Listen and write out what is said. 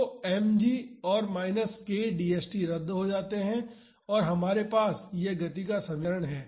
तो mg और minus k dst रद्द हो जाते हैं और हमारे पास यह गति का समीकरण है